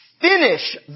finish